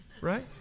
right